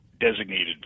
designated